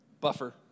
buffer